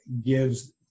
gives